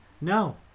No